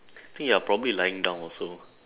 I think ya probably lying down also